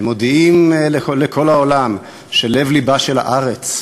ומודיעים לכל העולם שלב-לבה של הארץ,